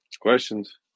Questions